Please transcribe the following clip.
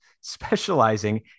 Specializing